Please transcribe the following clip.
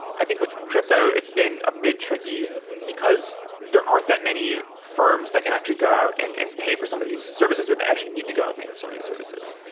i think with crypto, it's been a bit tricky because there aren't that many firms that can actually go out and and pay for some of these services or that actually need to go and pay for some of these services.